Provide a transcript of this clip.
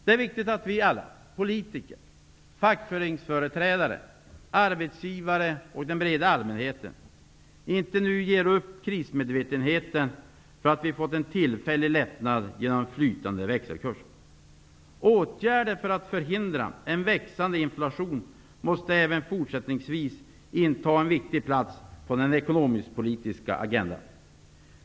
Det är viktigt att alla -- politiker, fackföreningsföreträdare, arbetsgivare och den breda allmänheten -- inte nu ger upp krismedvetenheten för att vi fått en tillfällig lättnad genom en flytande växelkurs. Åtgärder för att förhindra en växande inflation måste även fortsättningsvis inta en framskjuten plats på den ekonomisk-politiska agendan.